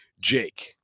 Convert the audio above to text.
Jake